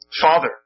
Father